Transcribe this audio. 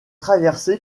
traversée